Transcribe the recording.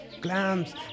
clams